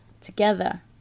together